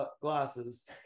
glasses